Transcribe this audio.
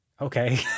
Okay